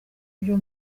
byo